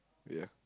ya